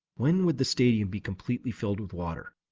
when would the stadium be completely filled with water?